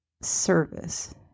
service